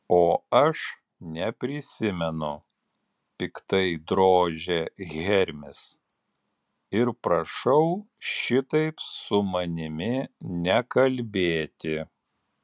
o aš neprisimenu piktai drožia hermis ir prašau šitaip su manimi nekalbėti